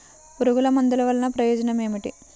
పురుగుల మందుల వల్ల ప్రయోజనం ఏమిటీ?